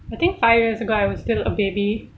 I think five years ago I was still a baby